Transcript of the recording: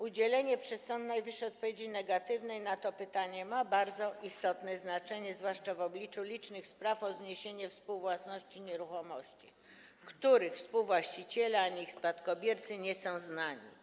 Udzielenie przez Sąd Najwyższy odpowiedzi negatywnej na to pytanie ma bardzo istotne znaczenie, zwłaszcza w obliczu licznych spraw o zniesienie współwłasności nieruchomości, których współwłaściciele ani ich spadkobiercy nie są znani.